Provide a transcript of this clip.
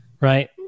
Right